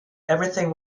everything